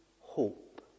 hope